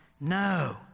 No